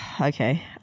Okay